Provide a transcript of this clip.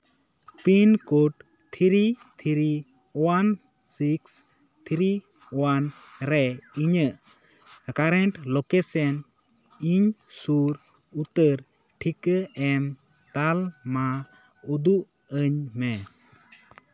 pin code three three one six three one ᱨᱮ ᱤᱧᱟᱹᱜ current location ᱤᱧ ᱥᱩᱨ ᱩᱛᱟᱹᱨ ᱴᱷᱤᱠᱟᱹ ᱮᱢ ᱛᱟᱞᱢᱟ ᱩᱫᱩᱜ ᱟᱹᱧ ᱢᱮ